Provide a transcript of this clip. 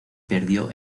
perdió